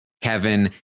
Kevin